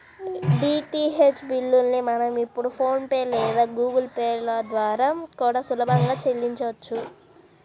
DTH బిల్లుల్ని మనం ఇప్పుడు ఫోన్ పే లేదా గుగుల్ పే ల ద్వారా కూడా సులభంగా చెల్లించొచ్చు